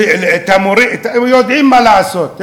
הם יודעים מה לעשות.